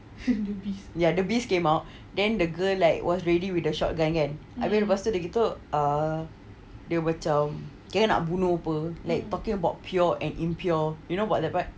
ya the beast came out then the girl like was ready with the short gun kan then lepas begitu uh dia gitu err dia macam dia nak bunuh [pe] talking about pure and impure you know about that part